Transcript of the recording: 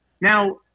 now